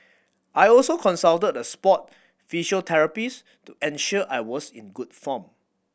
I also consulted a sport physiotherapist to ensure I was in good form